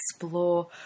explore